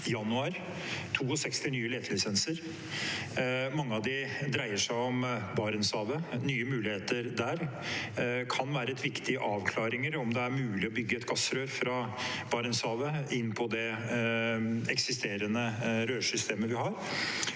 tildelte 62 nye letelisenser i januar. Mange av dem dreier seg om Barentshavet og nye muligheter der og kan være viktig i avklaringer av om det er mulig å bygge et gassrør fra Barentshavet og inn på det eksisterende rørsystemet vi har.